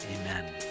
Amen